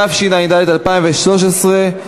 התשע"ד 2013,